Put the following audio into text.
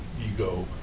ego